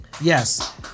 Yes